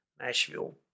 Nashville